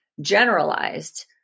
generalized